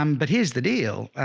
um but here's the deal.